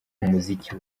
umuziki